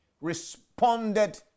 responded